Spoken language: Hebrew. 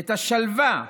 את השלווה,